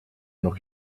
noch